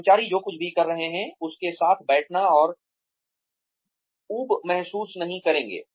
कर्मचारी जो कुछ भी कर रहे हैं उसके साथ बैठना और ऊब महसूस नहीं करेंगे